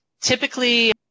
typically